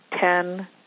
ten